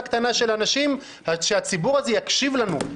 קטנה של אנשים שהציבור הזה יקשיב לנו,